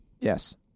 Yes